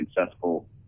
successful